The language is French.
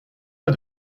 pas